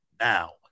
now